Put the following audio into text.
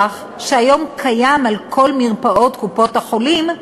שהיום קיים על כל מרפאות קופות-החולים,